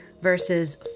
versus